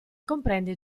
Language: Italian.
comprende